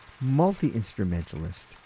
multi-instrumentalist